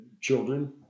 Children